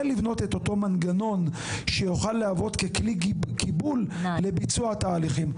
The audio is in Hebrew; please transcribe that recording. לבנות את אותו מנגנון שיוכל להוות כלי קיבול לביצוע תהליכים?